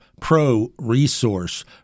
ProResource